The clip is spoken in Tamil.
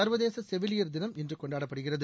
சர்வதேச செவிலியர் தினம் இன்று கொண்டாடப்படுகிறது